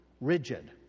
rigid